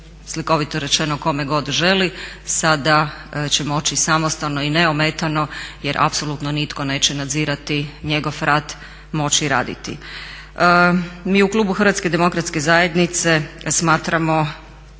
slikovito rečeno kome kod želi. Sada će moći samostalno i neometano, jer apsolutno nitko neće nadzirati njegov rad, moći raditi. Mi u klubu HDZ-a smatramo